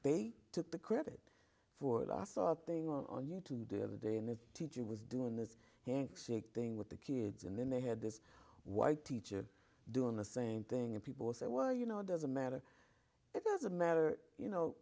they took the credit for last saw thing on you tube the day and the teacher was doing this hank sick thing with the kids and then they had this white teacher doing the same thing and people say well you know it doesn't matter it doesn't matter you know